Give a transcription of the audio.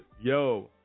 yo